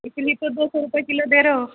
इसीलिए तो दो सौ रुपए किलो दे रहे हो